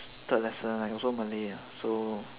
third lesson and also malay ah so